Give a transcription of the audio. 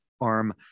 arm